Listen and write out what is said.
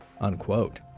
Unquote